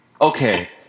okay